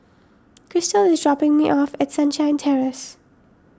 Kristal is dropping me off at Sunshine Terrace